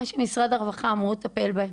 מי שמשרד הרווחה אמור לטפל בהם.